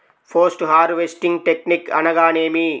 Post harvesting technique అనగా నేమి?